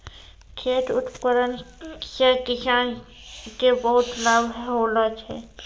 खेत उपकरण से किसान के बहुत लाभ होलो छै